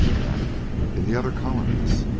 and in the other colonies,